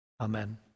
amen